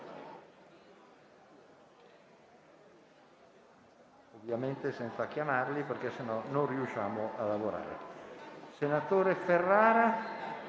senatore Ferrara,